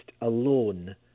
alone